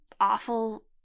awful